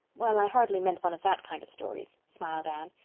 well, i hardly meant one of that kind of stories, smiled anne.